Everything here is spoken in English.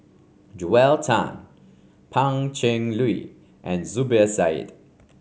Joel Tan Pan Cheng Lui and Zubir Said